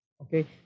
Okay